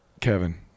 Kevin